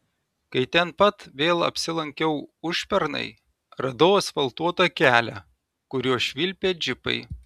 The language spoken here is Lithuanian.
kai ten pat vėl apsilankiau užpernai radau asfaltuotą kelią kuriuo švilpė džipai